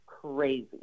crazy